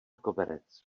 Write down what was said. koberec